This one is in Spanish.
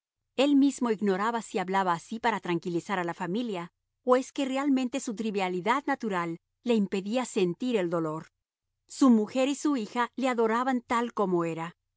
el mismo ignoraba si hablaba así para tranquilizar a la familia o es que realmente su trivialidad natural le impedía sentir el dolor su mujer y su hija le adoraban tal como era